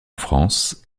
france